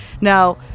now